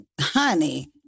honey